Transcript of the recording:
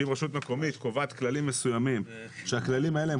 שאם רשות מקומית קובעת כללים מסוימים שהכללים האלה הם